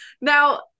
Now